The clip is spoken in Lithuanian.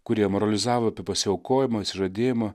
kurie moralizavo apie pasiaukojimą išsižadėjimą